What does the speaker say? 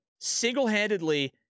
single-handedly